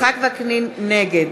נגד